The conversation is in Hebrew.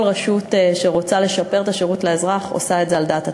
כל רשות שרוצה לשפר את השירות לאזרח עושה את זה על דעת עצמה.